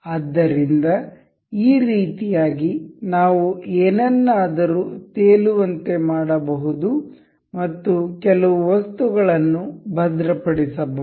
ಆದ್ದರಿಂದ ಈ ರೀತಿಯಾಗಿ ನಾವು ಏನನ್ನಾದರೂ ತೇಲುವಂತೆ ಮಾಡಬಹುದು ಮತ್ತು ಕೆಲವು ವಸ್ತುಗಳನ್ನು ಭದ್ರಪಡಿಸಬಹುದು